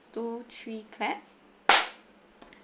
two three clap